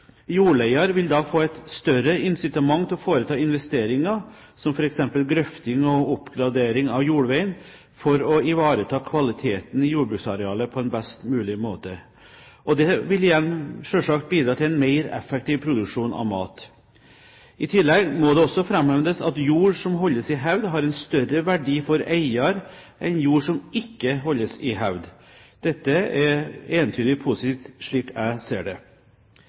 Jordleier vil da få et større incitament til å foreta investeringer, som f.eks. grøfting og oppgradering av jordveien for å ivareta kvaliteten i jordbruksarealet på en best mulig måte. Dette vil igjen selvsagt bidra til en mer effektiv produksjon av mat. I tillegg må det også framheves at jord som holdes i hevd, har en større verdi for eier enn jord som ikke holdes i hevd. Dette er entydig positivt, slik jeg ser det.